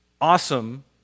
awesome